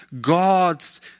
God's